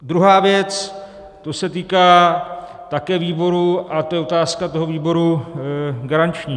Druhá věc, to se týká také výboru, to je otázka toho výboru garančního.